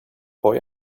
boy